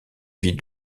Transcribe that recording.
vie